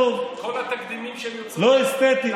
ולעשות מבצע חיסונים בהיקף כזה בזמן כזה,